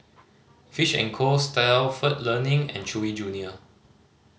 Fish and Co Stalford Learning and Chewy Junior